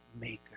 maker